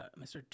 Mr